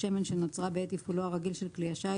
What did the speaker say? שמן שנוצרה בעת תפעולו הרגיל של כלי השיט,